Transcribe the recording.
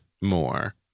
more